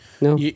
No